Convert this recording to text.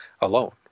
alone